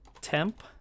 Temp